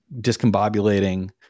discombobulating